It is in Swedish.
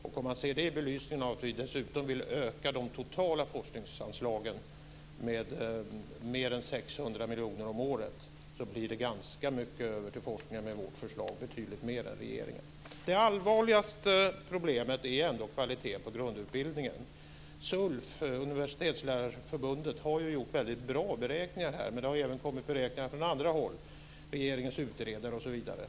Om man ser det i ljuset av att vi dessutom vill öka de totala forskningsanslagen med mer än 600 miljoner om året så blir det ganska mycket över till forskningen med vårt förslag, betydligt mer än i regeringens. Det allvarligaste problemet är ändå kvaliteten på grundutbildningen. SULF, Universitetslärarförbundet, har gjort väldigt bra beräkningar i detta sammanhang. Men det har även kommit beräkningar från annat håll, bl.a. från regeringens utredare.